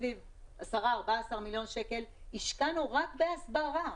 סביב 10-14 מיליון שקל השקענו רק בהסברה,